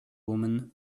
woman